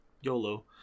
yolo